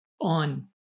on